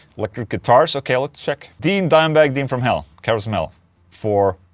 electric guitars. ok, let's check dean dimebag dean from hell, cowboys from hell for.